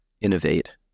innovate